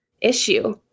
issue